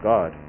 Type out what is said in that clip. God